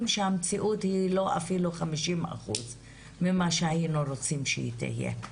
שהמציאות היא אפילו לא 50% מכפי שהיינו רוצים שהיא תהיה.